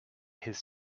his